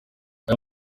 aya